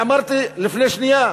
ואמרתי לפני שנייה,